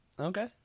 Okay